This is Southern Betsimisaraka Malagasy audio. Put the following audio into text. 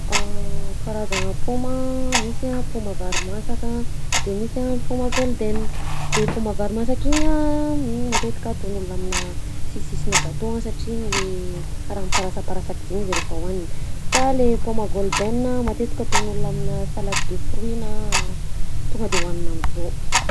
Karazagna paoma: misy paoma vary masaka de misy a paoma golden. De paoma vary masaka igny a, igny matetika ataon'olona aminà sisisisinà gâteau satria igny le karaha miparasaparasaka zaigny izy rehefa hohanina, fa le paoma golden matetika ataon'olona aminà salade de fruits na tonga de hohanina am'zao.